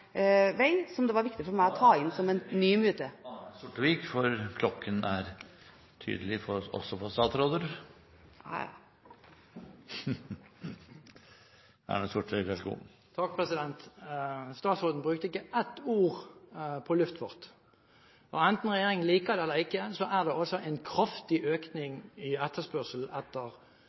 vei , som det var viktig for meg Presidenten vil bemerke at klokken burde være tydelig også for statsråder. Statsråden brukte ikke ett ord på luftfart. Enten regjeringen liker det eller ikke, er det en kraftig økning i etterspørselen etter flytransport, og enten regjeringen liker det eller ikke, har vi en velfungerende, god modell i